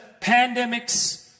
pandemics